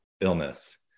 illness